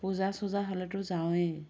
পূজা চূজা হ'লেটো যাওঁৱেই